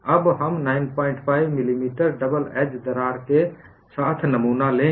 अब हम 95 millimetre double edge दरार के साथ नमूना लेंगे